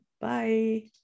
Bye